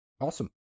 Awesome